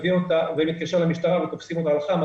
מתקשר למשטרה ותופסים אותה על חם.